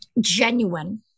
genuine